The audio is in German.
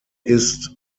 ist